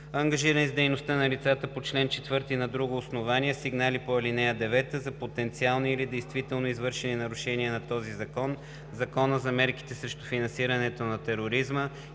ангажирани с дейността на лицата по чл. 4 на друго основание, сигнали по ал. 9 за потенциални или действително извършени нарушения на този закон, Закона за мерките срещу финансирането на тероризма